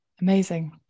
Amazing